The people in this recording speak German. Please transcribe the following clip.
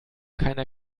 keiner